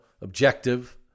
objective